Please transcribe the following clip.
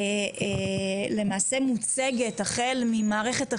למעשה מוצגת, החל ממערכת החינוך,